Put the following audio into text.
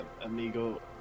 amigo